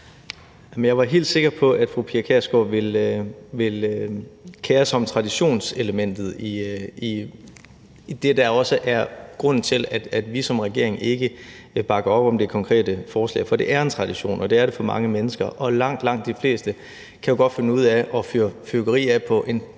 Jeg var helt sikker på, at fru Pia Kjærsgaard ville kere sig om traditionselementet i det, der også er grunden til, at vi som regering ikke bakker op om det konkrete forslag. For det er en tradition, og det er det for mange mennesker, og langt, langt de fleste kan jo godt finde ud af at fyre fyrværkeri af på en ordentlig